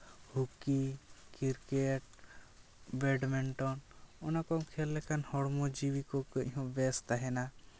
hockey cricket badminton ᱚᱱᱟ ᱠᱚᱢ ᱠᱷᱮᱞ ᱞᱮᱠᱷᱟᱱ ᱦᱚᱲᱢᱚ ᱡᱤᱣᱤ ᱠᱚ ᱠᱟᱹᱡ ᱵᱮᱥ ᱛᱟᱦᱮᱱᱟ